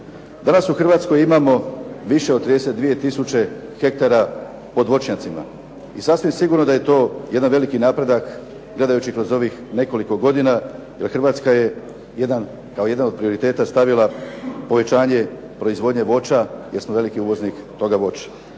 Danas u Hrvatskoj imamo više od 32 tisuće hektara pod voćnjacima. I sasvim sigurno da je to jedan veliki napredak, gledajući kroz ovih nekoliko godina, jer Hrvatska je jedan, kao jedan od prioriteta stavila povećanje proizvodnje voća, jer smo veliki uvoznik toga voća.